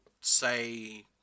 say